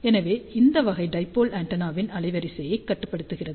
எனவே இந்த வகை டைபோல் ஆண்டெனாவின் அலைவரிசையை கட்டுப்படுத்துகிறது